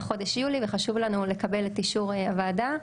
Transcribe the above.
חודש יולי וחשוב לנו לקבל את אישור הוועדה,